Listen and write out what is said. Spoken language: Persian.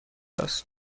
است